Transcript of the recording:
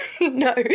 No